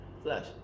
flash